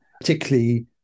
particularly